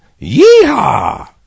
yeehaw